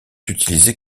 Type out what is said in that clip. utilisés